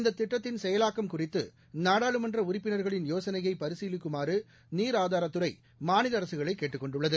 இந்ததிட்டத்தின் செயலாக்கம் குறித்துநாடாளுமன்றஉறுப்பினர்களின் யோசனையைபரிசீலிக்குமாறுநீர் ஆதாரத்துறைமாநிலஅரசுகளைகேட்டுக் கொண்டுள்ளது